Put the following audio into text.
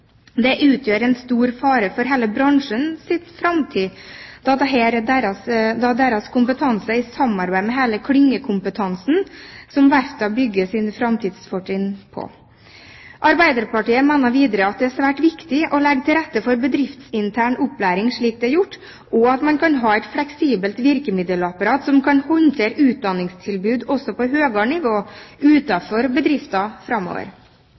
Det utgjør en stor fare for hele bransjens framtid, da det er deres kompetanse, i samarbeid med hele klyngekompetansen, som verftene bygger sine framtidsfortrinn på. Arbeiderpartiet mener videre det er svært viktig å legge til rette for bedriftsintern opplæring, slik det er gjort, og at man kan ha et fleksibelt virkemiddelapparat som kan håndtere utdanningstilbud også på høyere nivå utenfor bedriften framover. I Rogaland, hvor leverandørindustrien har blitt rammet og flere bedrifter